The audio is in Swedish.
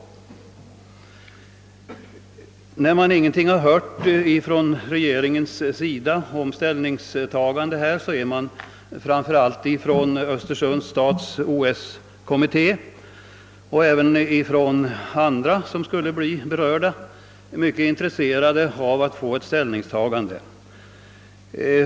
Eftersom ingenting har hörts från regeringen om något ställningstagande är framför allt Östersunds stads OS-kommitté men även andra berörda mycket intresserade av att nu få ett besked.